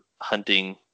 hunting